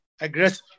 aggressive